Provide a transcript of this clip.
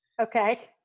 Okay